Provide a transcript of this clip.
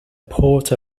port